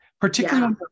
Particularly